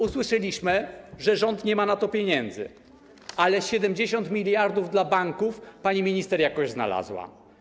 Usłyszeliśmy, że rząd nie ma na to pieniędzy, ale 70 mld dla banków pani minister jakoś znalazła.